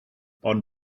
ond